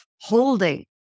holding